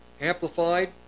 Amplified